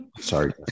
sorry